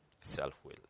self-will